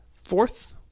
Fourth